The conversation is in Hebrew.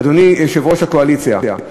אדוני יושב-ראש הקואליציה.